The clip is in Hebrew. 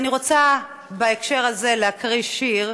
ואני רוצה בהקשר הזה להקריא שיר